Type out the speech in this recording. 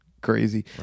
crazy